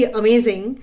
amazing